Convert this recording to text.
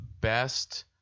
best